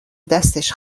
دستش